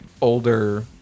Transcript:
older